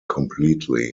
completely